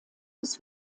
des